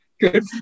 Good